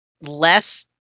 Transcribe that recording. less